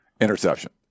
interception